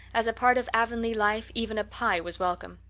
as a part of avonlea life even a pye was welcome.